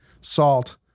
salt